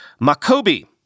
Makobi